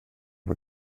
vad